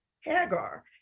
hagar